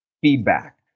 feedback